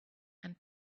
and